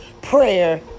prayer